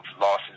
losses